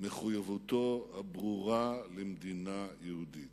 מחויבותו הברורה למדינה יהודית,